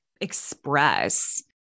express